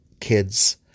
kids